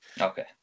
Okay